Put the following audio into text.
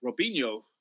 Robinho